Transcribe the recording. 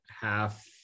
half